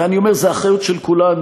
ואני אומר, זאת אחריות של כולנו.